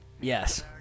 Yes